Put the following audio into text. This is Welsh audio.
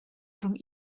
rhwng